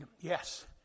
Yes